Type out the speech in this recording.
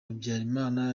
habyalimana